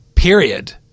period